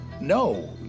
No